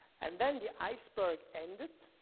and then the iceberg ended,